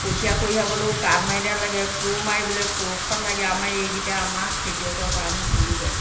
কঠীয়া কঢ়িয়াবলৈও কাণ মাৰিডাল লাগে কোৰ মাৰিবলৈ কোৰখন লাগে আমাৰ এইকেইটা আমাৰ খেতিয়কৰ কাৰণে প্ৰয়োজন